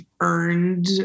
earned